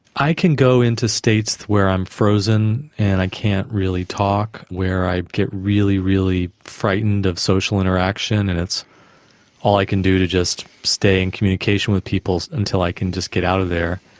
i can go into states where i'm frozen and i can't really talk, where i get really, really frightened of social interaction. and it's all i can do to just stay in communication with people until i can just get out of there.